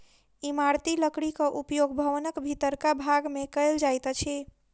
इमारती लकड़ीक उपयोग भवनक भीतरका भाग मे कयल जाइत अछि